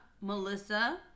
Melissa